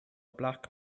black